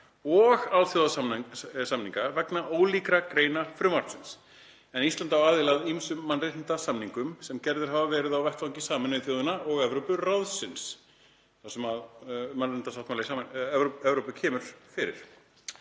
og alþjóðasamninga vegna ólíkra greina frumvarpsins, en Ísland á aðild að ýmsum mannréttindasamningum sem gerðir hafa verið á vettvangi Sameinuðu þjóðanna og Evrópuráðsins“ — þar sem mannréttindasáttmáli Evrópu kemur fyrir